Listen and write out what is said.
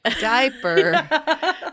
Diaper